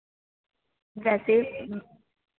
ਵੈਸੇ